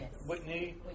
Whitney